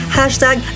hashtag